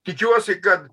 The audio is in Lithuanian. tikiuosi kad